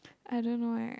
I don't know eh